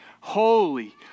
holy